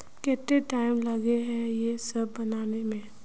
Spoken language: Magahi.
केते टाइम लगे है ये सब बनावे में?